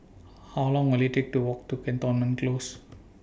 How Long Will IT Take to Walk to Cantonment Close